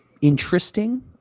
Interesting